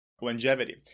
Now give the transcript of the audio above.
longevity